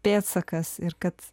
pėdsakas ir kad